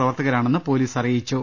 പ്രവർത്തകരാണെന്ന് police അറിയിച്ചു